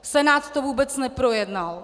Senát to vůbec neprojednal.